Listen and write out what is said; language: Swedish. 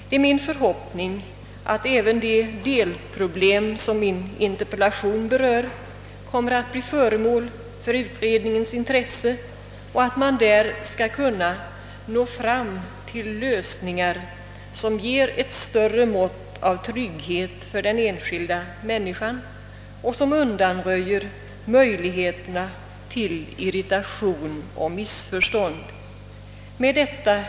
Det är min förhoppning att också det delproblem som min interpellation berör då kommer att bli föremål för utredningens intresse samt att utredningen skall kunna finna på lösningar, som ger ett större mått av trygghet för den enskilde och undanröjer anledningarna till irritation och missförstånd. Herr talman!